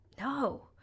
no